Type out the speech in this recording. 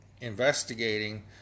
investigating